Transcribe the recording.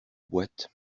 boîte